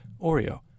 Oreo